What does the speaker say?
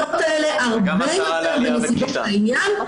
--- הרבה יותר בנסיבות העניין -- וגם השרה לעלייה וקליטה.